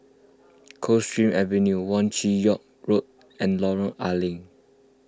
Coldstream Avenue Wong Chin Yoke Road and Lorong A Leng